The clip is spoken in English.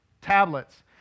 tablets